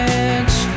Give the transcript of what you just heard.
edge